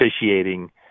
Officiating